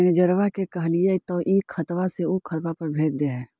मैनेजरवा के कहलिऐ तौ ई खतवा से ऊ खातवा पर भेज देहै?